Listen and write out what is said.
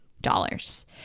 dollars